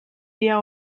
dia